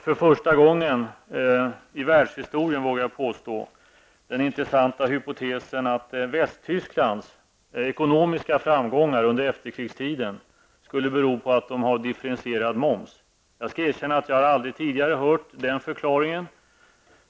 För första gången i världshistorien, vågar jag påstå, har nu den intressanta hypotesen framförts att Västtysklands ekonomiska framgångar under efterkrigstiden skulle ha berott på att man där har differentierad moms. Jag skall erkänna att jag aldrig tidigare har hört den förklaringen.